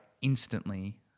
instantly